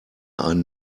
ein